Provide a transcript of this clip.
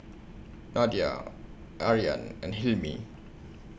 Nadia Aryan and Hilmi